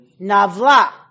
Navla